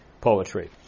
poetry